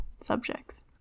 subjects